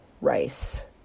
rice